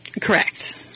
correct